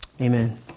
Amen